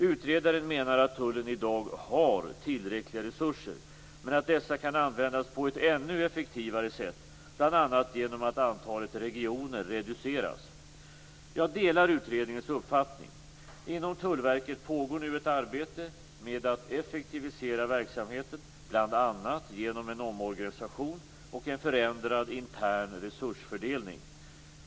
Utredaren menar att tullen i dag har tillräckliga resurser men att dessa kan användas på ett ännu effektivare sätt, bl.a. genom att antalet regioner reduceras. Jag delar utredningens uppfattning. Inom Tullverket pågår nu ett arbete med att effektivisera verksamheten, bl.a. genom en omorganisation och en förändrad intern resursfördelning.